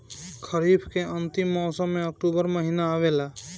खरीफ़ के अंतिम मौसम में अक्टूबर महीना आवेला?